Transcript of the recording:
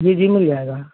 जी जी मिल जाएगा